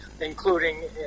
including